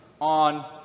on